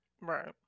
Right